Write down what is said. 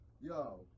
Yo